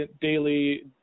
Daily